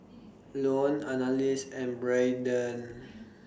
Lone Annalise and Braeden